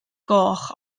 goch